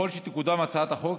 אם תקודם הצעת החוק,